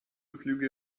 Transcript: flüge